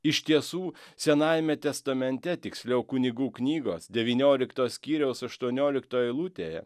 iš tiesų senajame testamente tiksliau kunigų knygos devyniolikto skyriaus aštuonioliktoje eilutėje